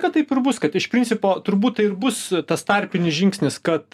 kad taip ir bus kad iš principo turbūt tai ir bus tas tarpinis žingsnis kad